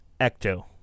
Ecto